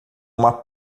uma